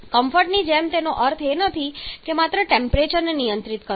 કમ્ફર્ટની જેમ તેનો અર્થ એ નથી કે માત્ર ટેમ્પરેચરને નિયંત્રિત કરવું